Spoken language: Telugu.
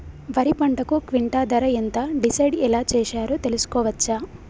వరి పంటకు క్వింటా ధర ఎంత డిసైడ్ ఎలా చేశారు తెలుసుకోవచ్చా?